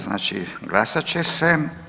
Znači, glasat će se.